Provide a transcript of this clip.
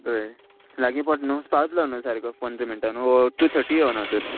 होय लागीं पोटा न्हू पावतलो न्हू सारको पंदरा मिनटानू टू थटी यो ना तर